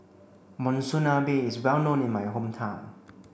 Monsunabe is well known in my hometown